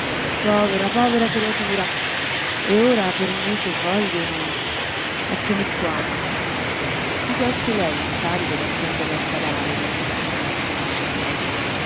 povera povera creatura e ora per me se vogliono eccomi qua si tolse lei l'incarico d'attendere al cadavere insieme con altre vicine